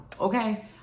okay